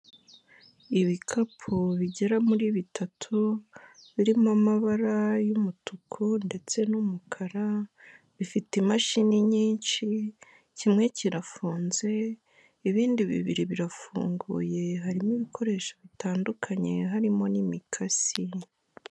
Ibikapu bigera muri bitatu, birmo amabara y'umutuku ndetse n'umukara, bifite imashini nyinshi, kimwe kirafunze, ibindi bibiri birafunguye, harimo ibkoresho bitandukanye, harimo n'imikasi.